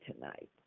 tonight